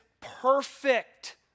perfect